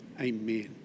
Amen